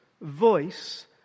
voice